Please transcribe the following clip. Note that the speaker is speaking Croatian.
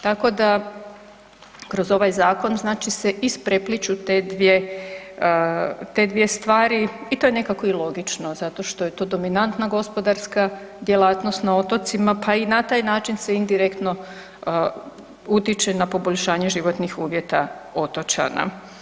Tako da kroz ovaj zakon znači se isprepliću te dvije te dvije stvari i to je nekako i logično zato što je to dominantna gospodarska djelatnost na otocima pa i na taj način se indirektno utječe na poboljšanje životnih uvjeta otočana.